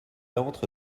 entre